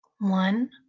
One